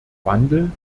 wandel